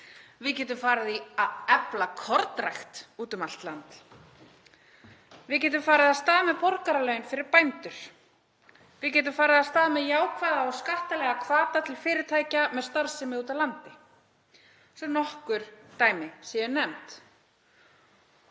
Við getum farið í að efla kornrækt út um allt land. Við getum farið af stað með borgaralaun fyrir bændur. Við getum farið af stað með jákvæða og skattalega hvata til fyrirtækja með starfsemi úti á landi svo að nokkur dæmi séu nefnd.